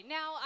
Now